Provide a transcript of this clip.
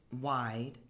wide